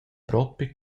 propi